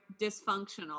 dysfunctional